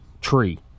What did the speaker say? tree